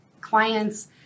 clients